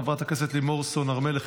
חברת הכנסת לימור סון הר מלך,